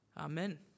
Amen